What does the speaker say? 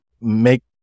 make